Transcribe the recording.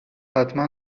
حتما